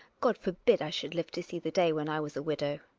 god forbid i should live to see the day when i was a widow!